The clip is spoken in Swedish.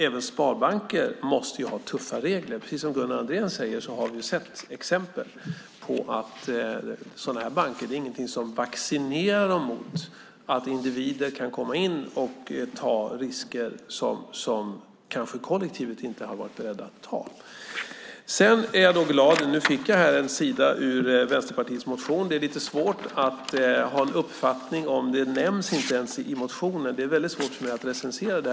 Även sparbanker måste ha tuffa regler. Som Gunnar Andrén sade har vi sett exempel på att det inte finns någonting som vaccinerar sådana banker mot att individer kan komma in och ta risker som kollektivet kanske inte har varit berett att ta. Nu fick jag i min hand en sida ur Vänsterpartiets motion. Det är lite svårt att ha en uppfattning om förslaget eftersom det inte ens nämns. Därför är det svårt för mig att recensera det.